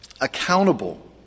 accountable